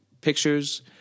pictures